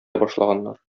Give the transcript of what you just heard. башлаганнар